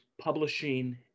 publishing